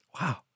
Wow